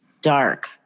dark